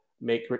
make